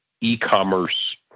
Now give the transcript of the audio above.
e-commerce